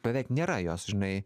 beveik nėra jos žinai